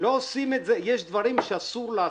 יש דברים שאסור בפוליטיקה.